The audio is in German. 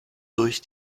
durch